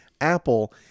Apple